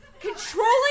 controlling